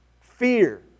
Fear